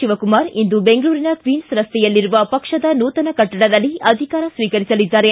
ಶಿವಕುಮಾರ್ ಇಂದು ಬೆಂಗಳೂರಿನ ಕ್ಷೀನ್ಸ್ ರಸ್ತೆಯಲ್ಲಿರುವ ಪಕ್ಷದ ನೂತನ ಕಟ್ಟಡದಲ್ಲಿ ಅಧಿಕಾರ ಸ್ವೀಕರಿಸಲಿದ್ದಾರೆ